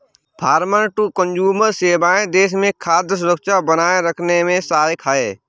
farmer to consumer सेवाएं देश में खाद्य सुरक्षा बनाए रखने में सहायक है